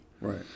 Right